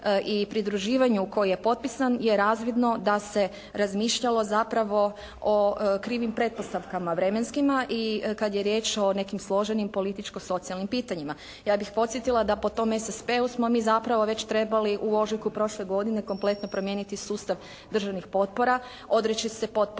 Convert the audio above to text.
i pridruživanju koji je potpisan je razvidno da se razmišljalo zapravo o krivim pretpostavkama vremenskima i kad je riječ o nekim složenim političko-socijalnim pitanjima. Ja bih podsjetila da po tom SSP-u smo mi zapravo već trebali u ožujku prošle godine kompletno promijeniti sustav državnih potpora. Odreći se potpora